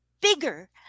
bigger